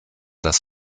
das